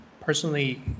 personally